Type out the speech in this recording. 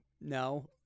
No